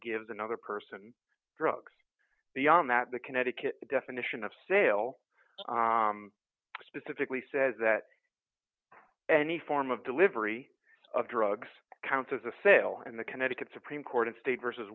gives another person drugs beyond that the connecticut definition of sale specifically says that any form of delivery of drugs counts as a sale and the connecticut supreme court of state versus